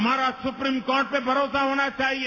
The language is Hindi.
हमारा सुप्रीम कोर्ट पे भरोसा होना चाहिए